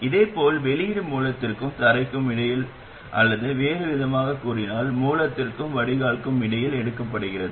இதேபோல் வெளியீடு மூலத்திற்கும் தரைக்கும் இடையில் அல்லது வேறுவிதமாகக் கூறினால் மூலத்திற்கும் வடிகால்க்கும் இடையில் எடுக்கப்படுகிறது